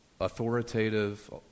authoritative